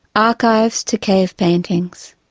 archives to cave paintings,